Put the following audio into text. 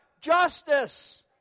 Justice